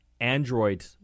Android